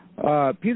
Peter